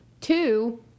Two